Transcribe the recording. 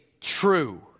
true